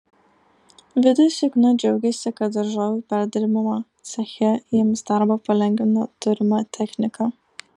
vidas jukna džiaugiasi kad daržovių perdirbimo ceche jiems darbą palengvina turima technika